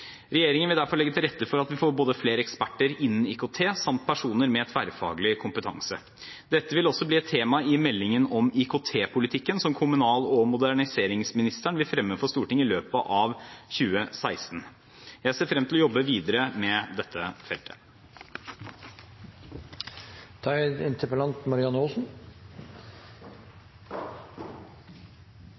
Regjeringen vil derfor legge til rette for at vi får både flere eksperter innen IKT samt personer med tverrfaglig kompetanse. Dette vil også bli et tema i meldingen om IKT-politikken som kommunal- og moderniseringsministeren vil fremme for Stortinget i løpet av 2016. Jeg ser frem til å jobbe videre med dette feltet.